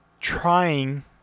trying